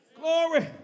Glory